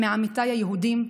מזו של עמיתיי היהודים.